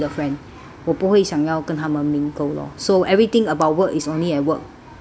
我不会想要跟他们 mingle lor so everything about work is only at work uh after work time I will shut off totally 我不会去 go back to the work lah